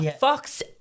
Fox